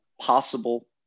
possible